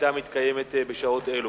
כשהשביתה מתקיימת בשעות אלו.